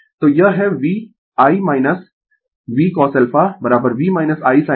तो यह है V ' I VCosα V I sin β I '